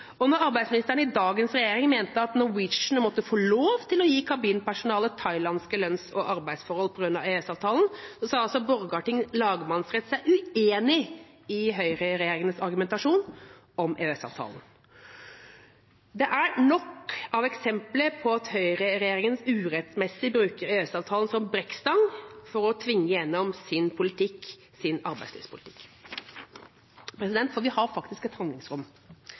Og mens arbeidsministeren i dagens regjering mente at Norwegian måtte få lov til å gi kabinpersonal thailandske lønns- og arbeidsforhold på grunn av EØS-avtalen, sa altså Borgarting lagmannsrett seg uenig i høyreregjeringens argumentasjon om EØS-avtalen. Det er nok av eksempler på at høyreregjeringen urettmessig bruker EØS-avtalen som brekkstang for å tvinge igjennom sin politikk, sin arbeidslivspolitikk. Vi har faktisk et handlingsrom.